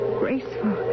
graceful